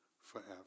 forever